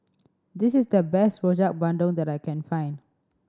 this is the best Rojak Bandung that I can find